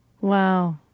Wow